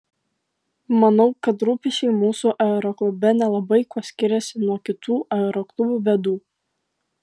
manau kad rūpesčiai mūsų aeroklube nelabai kuo skiriasi nuo kitų aeroklubų bėdų